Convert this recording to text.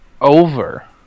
over